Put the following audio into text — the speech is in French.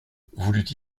voulut